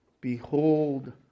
Behold